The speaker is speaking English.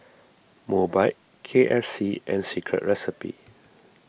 Mobike K F C and Secret Recipe